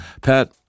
Pat